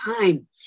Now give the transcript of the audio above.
time